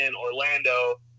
Orlando